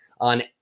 on